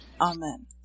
Amen